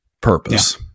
purpose